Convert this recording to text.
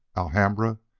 alhambra,